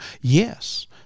Yes